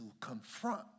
confront